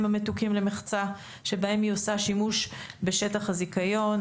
המתוקים למחצה שבהם היא עושה שימוש בשטח הזיכיון.